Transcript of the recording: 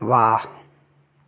वाह